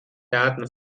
daten